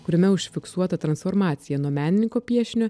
kuriame užfiksuota transformacija nuo menininko piešinio